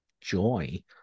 joy